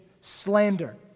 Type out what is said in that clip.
slander